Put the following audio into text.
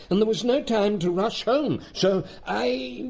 and there was no time to rush home, so i,